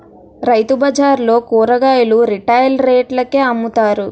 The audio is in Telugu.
రైతుబజార్లలో కూరగాయలు రిటైల్ రేట్లకే అమ్ముతారు